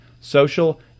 social